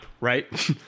right